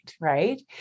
right